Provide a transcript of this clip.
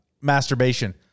masturbation